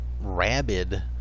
rabid